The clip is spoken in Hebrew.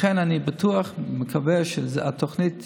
לכן, אני בטוח ומקווה שהתוכנית תיושם.